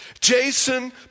Jason